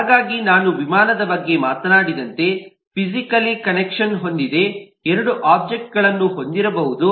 ಹಾಗಾಗಿ ನಾನು ವಿಮಾನದ ಬಗ್ಗೆ ಮಾತನಾಡಿದಂತೆ ಫಿಸಿಕಲಿ ಕನೆಕ್ಷನ್ ಹೊಂದಿದ ಎರಡು ಒಬ್ಜೆಕ್ಟ್ಗಳನ್ನು ಹೊಂದಿರಬಹುದು